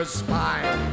spine